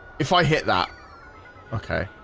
if i hit that okay.